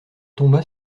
tomba